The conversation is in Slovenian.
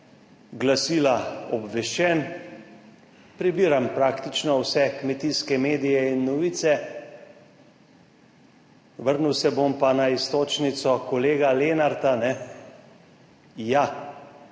Glasila obveščen, prebiram praktično vse kmetijske medije in novice. Vrnil se bom pa na iztočnico kolega Lenarta, ja,